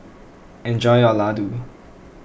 enjoy your Laddu